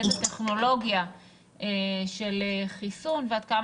באיזו טכנולוגיה של חיסון ועד כמה